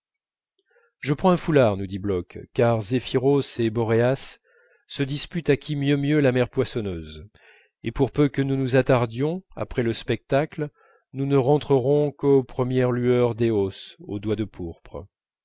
je prends un foulard nous dit bloch car zéphyros et boréas se disputent à qui mieux mieux la mer poissonneuse et pour peu que nous nous attardions après le spectacle nous ne rentrerons qu'aux premières lueurs d'eôs aux doigts de pourpre